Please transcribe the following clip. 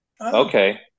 Okay